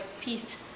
peace